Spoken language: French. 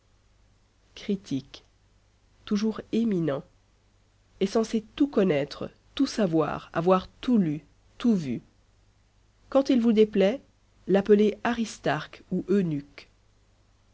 critique toujours éminent est censé tout connaître tout savoir avoir tout lu tout vu quand il vous déplaît l'appeler aristarque ou eunuque